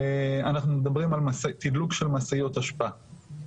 אנחנו מדברים על תדלוק של משאיות אשפה.